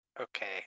Okay